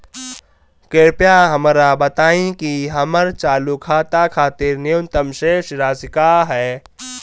कृपया हमरा बताइं कि हमर चालू खाता खातिर न्यूनतम शेष राशि का ह